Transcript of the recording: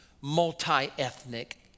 multi-ethnic